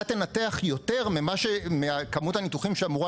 אתה תנתח יותר מכמות הניתוחים שאמורה